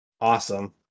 Awesome